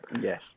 Yes